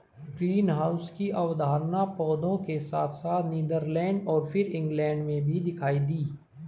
greenhouse की अवधारणा पौधों के साथ साथ नीदरलैंड और फिर इंग्लैंड में भी दिखाई दी